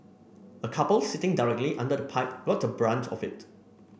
a couple sitting directly under the pipe got the brunt of it